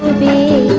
the